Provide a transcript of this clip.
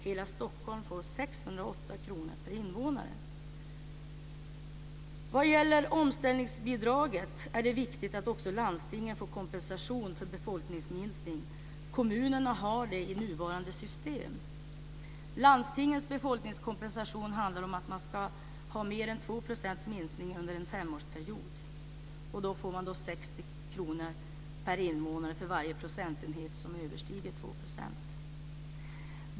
Hela När det gäller omställningsbidraget är det viktigt att också landstingen får kompensation för befolkningsminskning. Kommunerna har i det nuvarande systemet en sådan modell. Landstingen befolkningskompensation handlar om att man ska ha mer än 2 % minskning under en femårsperiod. Kompensationen är på 60 kr per invånare för varje procentenhet utöver de två procenten.